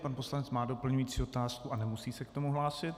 Pan poslanec má doplňující otázku a nemusí se k tomu hlásit.